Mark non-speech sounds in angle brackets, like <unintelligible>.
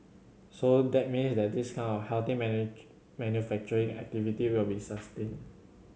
so that means that this kind healthy <unintelligible> manufacturing activity will be sustained